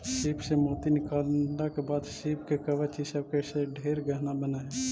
सीप से मोती निकालला के बाद सीप के कवच ई सब से ढेर गहना बन हई